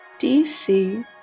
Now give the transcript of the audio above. DC